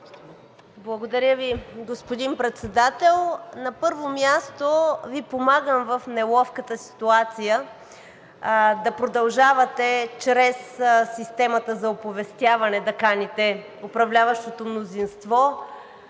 Благодаря Ви, господин Председател. На първо място, Ви помагам в неловката ситуация да продължавате чрез системата за оповестяване да каните управляващото мнозинство